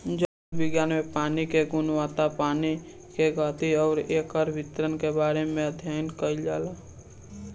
जल विज्ञान में पानी के गुणवत्ता पानी के गति अउरी एकर वितरण के बारे में अध्ययन कईल जाला